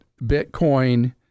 Bitcoin